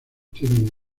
tienen